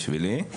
בשבילי.